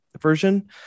version